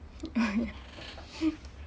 ah ya